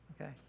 okay